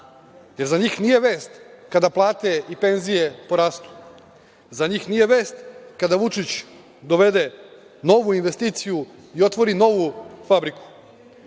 jer za njih nije vest kada plate i penzije porastu, za njih nije vest kada Vučić dovede novu investiciju i otvori novu fabriku,